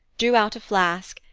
drew out a flask,